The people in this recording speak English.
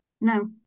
No